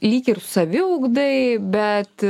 lyg ir saviugdai bet